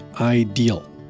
ideal